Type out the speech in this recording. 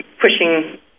pushing